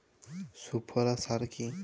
সুফলা সার কি?